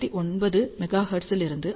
9 மெகா ஹெர்ட்ஸில் ஆர்